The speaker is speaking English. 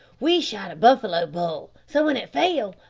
we shot a buffalo bull, so when it fell,